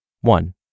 One